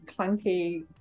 clunky